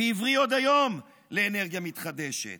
ועברי עוד היום לאנרגיה מתחדשת,